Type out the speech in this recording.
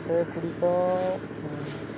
ସେଗୁଡ଼ିକ